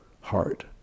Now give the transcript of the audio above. heart